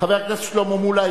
חבר הכנסת שלמה מולה,